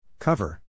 Cover